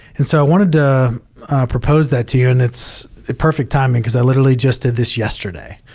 and so i wanted to propose that to you. and it's perfect timing because i literally just did this yesterday.